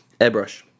airbrush